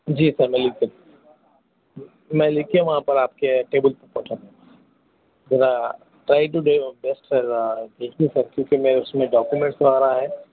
جی sir میں لے کر میں لے کے وہاں پر آپ کے ٹیبل پہ پہنچاؤں گا ذرا try today your best سر کیوں کہ میرے اُس میں ڈاکیومنٹس وغیرہ ہے